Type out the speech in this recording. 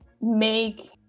make